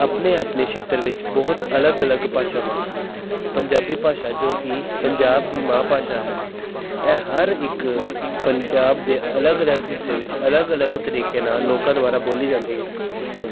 ਆਪਣੇ ਆਪਣੇ ਛੇਤਰ ਵਿੱਚ ਬਹੁਤ ਅਲੱਗ ਅਲੱਗ ਭਾਸ਼ਾਵਾਂ ਹਨ ਪੰਜਾਬੀ ਭਾਸ਼ਾ ਜੋ ਕਿ ਪੰਜਾਬ ਦੀ ਮਾਂ ਭਾਸ਼ਾ ਹੈ ਇਹ ਹਰ ਇੱਕ ਪੰਜਾਬ ਦੇ ਅਲੱਗ ਅਲੱਗ ਹਿੱਸੇ ਵਿੱਚ ਅਲੱਗ ਅਲੱਗ ਤਰੀਕੇ ਨਾਲ ਲੋਕਾਂ ਦੁਆਰਾ ਬੋਲੀ ਜਾਂਦੀ ਹੈ